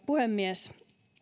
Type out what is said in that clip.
puhemies